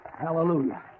Hallelujah